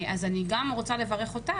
אז אני גם רוצה לברך אותך,